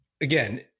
again